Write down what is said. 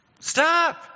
Stop